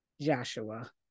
Joshua